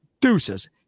deuces